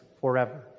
forever